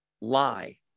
lie